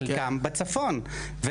חלקם בצפון,